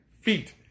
feet